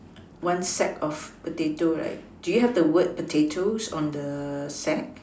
one sack of potatoes right do you have the word potatoes on the sack